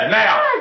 now